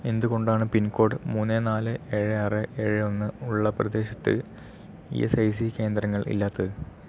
എന്തുകൊണ്ടാണ് pin code മൂന്ന് നാല് ഏഴ് ആറ് ഏഴ് ഒന്ന് ഉള്ള പ്രദേശത്ത് ഇ എസ് ഐ സി കേന്ദ്രങ്ങൾ ഇല്ലാത്തത്